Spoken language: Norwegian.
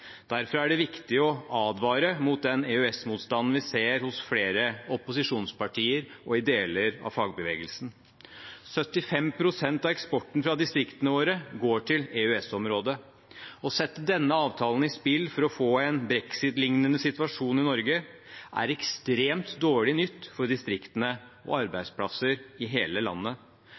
Derfor er det viktig å advare mot den EØS-motstanden vi ser hos flere opposisjonspartier og i deler av fagbevegelsen. 75 pst. av eksporten fra distriktene våre går til EØS-området. Å sette denne avtalen i spill for å få en brexit-lignende situasjon i Norge er ekstremt dårlig nytt for distriktene og for arbeidsplasser i hele landet.